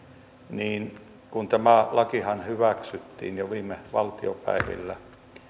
niin kun tämä lakihan hyväksyttiin jo viime valtiopäivillä